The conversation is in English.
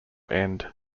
end